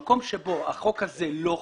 במקום שבו החוק הזה לא חל,